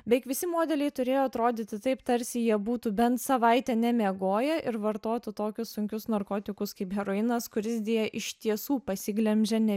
beveik visi modeliai turėjo atrodyti taip tarsi jie būtų bent savaitę nemiegoję ir vartotų tokius sunkius narkotikus kaip heroinas kuris deja iš tiesų pasiglemžė ne